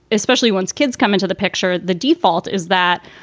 especially once kids come into the picture, the default is that,